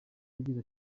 agira